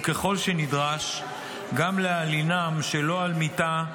וככול שנדרש גם להלינם שלא על מיטה,